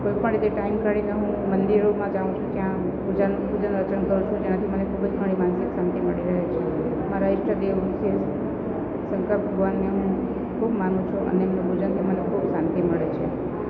કોઈપણ રીતે ટાઈમ કાઢીને હું મંદિરોમાં જાઉં છું જ્યાં પૂજાનું પૂજન અર્ચન કરું છું તેનાથી મને ખૂબ જ મારી માનસિક શાંતિ મળી રહે છે મારા ઈષ્ટદેવ છે શંકર ભગવાનને હું ખૂબ માનું છું અને એમનું પૂજાથી મને ખૂબ શાંતિ મળે છે